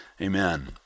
Amen